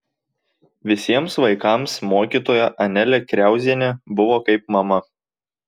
visiems vaikams mokytoja anelė kriauzienė buvo kaip mama